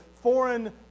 foreign